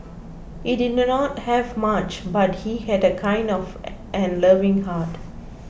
he did not have much but he had a kind of and loving heart